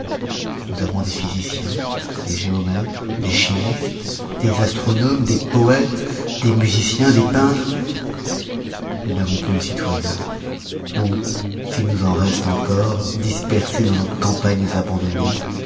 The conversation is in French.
nous avons des physiciens des géomètres des chymistes des astronomes des poètes des musiciens des peintres nous n'avons plus de citoyens ou s'il nous en reste encore dispersés dans nos campagnes abandonnées